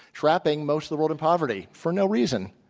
trapping most of the world in poverty for no reason.